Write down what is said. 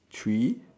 three